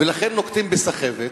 ולכן נוקטים סחבת.